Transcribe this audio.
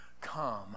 come